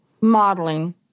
modeling